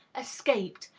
escaped,